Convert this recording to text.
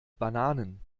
bananen